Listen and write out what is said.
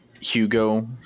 Hugo